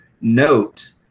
note